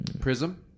Prism